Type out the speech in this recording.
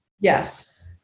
Yes